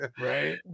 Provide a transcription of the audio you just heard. Right